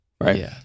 Right